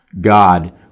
God